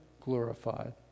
glorified